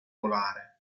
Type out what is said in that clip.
polare